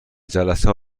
جلسه